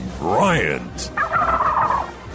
Bryant